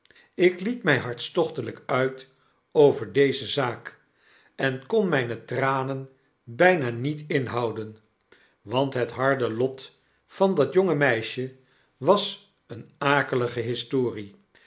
ik liet my hartstochtelyk uit over deze zaak en kon myne tranen byna niet inhouden want het harde lot van dat jonge meisje was eene akelige historie